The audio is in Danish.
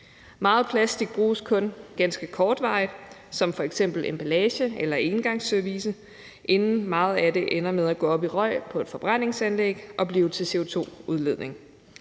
Meget plastik bruges kun ganske kortvarigt som f.eks. emballage eller engangsservice, inden meget af det ender med at gå op i røg på et forbrændingsanlæg og blive til CO2-udledning.